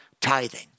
tithing